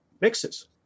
mixes